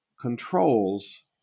controls